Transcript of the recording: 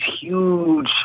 huge